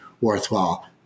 worthwhile